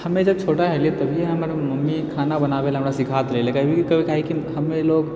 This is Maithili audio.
हमे जब छोटा हलियै तभिए हमर मम्मी खाना बनाबैला हमरा सीखा देले रहै कभी काहेकि हमेलोग